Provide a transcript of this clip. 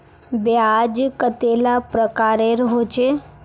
ब्याज कतेला प्रकारेर होचे?